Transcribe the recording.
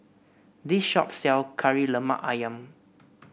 this shop sell Kari Lemak ayam